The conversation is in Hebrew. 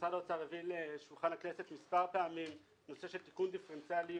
משרד האוצר הביא לשולחן הכנסת מספר פעמים נושא של תיקון דיפרנציאלי